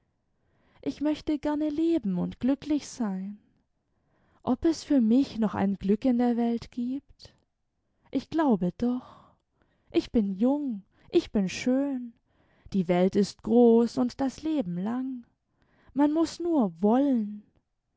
ich möchte gerne leben und glücklich sein ob es für mich noch ein glück in der welt gibt ich glaube doch ich bin jung ich bin schön die welt ist groß und das leben lang man muß nur wollen